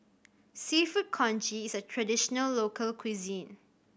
Seafood Congee is a traditional local cuisine